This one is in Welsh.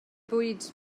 bwyd